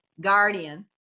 guardian